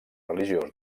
religiós